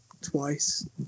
twice